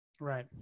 Right